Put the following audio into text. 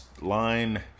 line